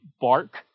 Bark